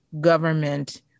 government